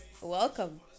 welcome